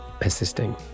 persisting